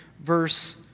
verse